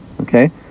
Okay